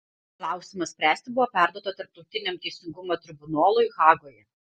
klausimą spręsti buvo perduota tarptautiniam teisingumo tribunolui hagoje